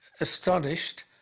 astonished